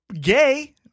gay